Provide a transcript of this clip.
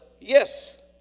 yes